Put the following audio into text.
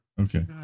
Okay